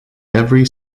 every